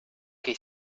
che